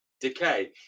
decay